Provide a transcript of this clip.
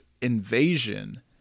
invasion